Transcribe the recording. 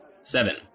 Seven